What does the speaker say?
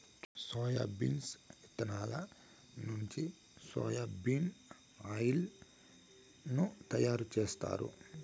soybeans ఇత్తనాల నుంచి soya bean oil ను తయారు జేత్తారు